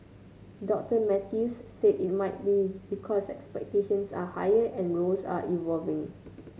Doctor Mathews said it may be because expectations are higher and roles are evolving